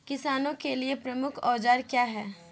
किसानों के लिए प्रमुख औजार क्या हैं?